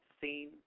seen